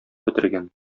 бетергән